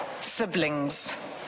siblings